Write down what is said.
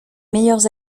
meilleures